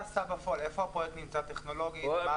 בפועל, איפה הפרויקט נמצא טכנולוגית, מה הפערים.